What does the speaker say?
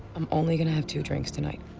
i'm only gonna have two drinks tonight.